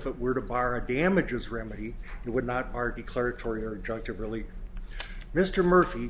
if it were to bar of damages remedy it would not argue clerks or your judge to really mr murphy